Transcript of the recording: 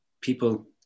people